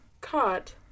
caught